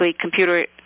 computer